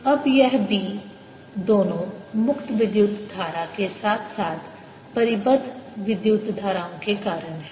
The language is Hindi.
अब यह B दोनों मुक्त विद्युत धारा के साथ साथ परिबद्ध विद्युत धाराओं के कारण है